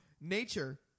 Nature